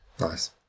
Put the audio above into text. Nice